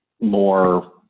more